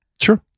Sure